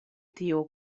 tio